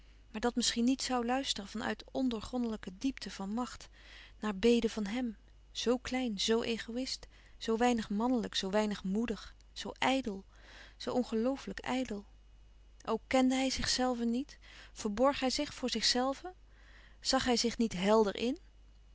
maar dat misschien niet zoû luisteren van uit ondoorgrondelijke diepte van macht naar louis couperus van oude menschen de dingen die voorbij gaan bede van hèm zo klein zo egoïst zoo weinig mannelijk zoo weinig moedig zoo ijdel zoo ongelooflijk ijdel o kende hij zichzelven niet verborg hij zich voor zichzelven zag hij zich niet hèlder in